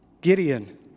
Gideon